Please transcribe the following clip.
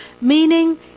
meaning